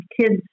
kids